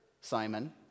Simon